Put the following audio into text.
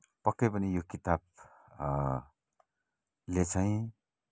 पक्कै पनि यो किताब ले चाहिँ